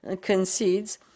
concedes